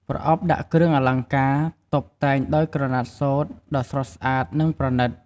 ប្រអប់ដាក់គ្រឿងអលង្ការ តុបតែងដោយក្រណាត់សូត្រដ៏ស្រស់ស្អាត និងប្រណិត។